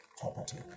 property